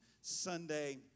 Sunday